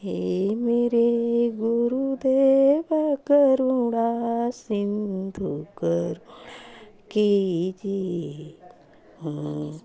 हे मेरे गुरुदेव करुणा सिंधु करुणा कीजिए